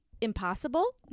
impossible